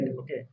okay